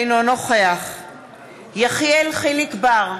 אינו נוכח יחיאל חיליק בר,